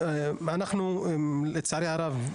כן, אז אנחנו, לצערי הרב,